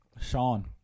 Sean